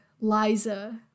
Liza